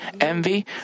envy